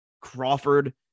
Crawford